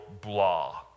blah